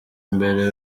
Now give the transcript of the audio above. mbere